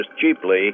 cheaply